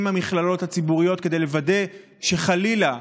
המכללות הציבוריות כדי לוודא שחלילה,